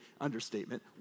understatement